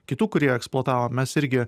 kitų kurie eksploatavo mes irgi